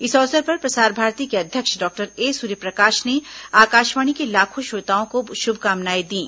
इस अवसर पर प्रसार भारती के अध्यक्ष डॉक्टर ए सूर्यप्रकाश ने आकाशवाणी के लाखों श्रोताओं को शुभकामनाएं दीं